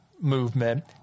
movement